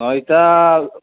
অঁ ইতা